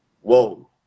whoa